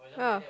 yeah